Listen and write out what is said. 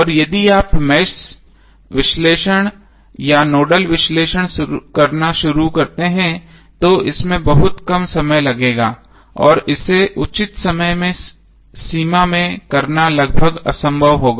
और यदि आप मेष विश्लेषण या नोडल विश्लेषण करना शुरू करते हैं तो इसमें बहुत समय लगेगा और इसे उचित समय सीमा में करना लगभग असंभव होगा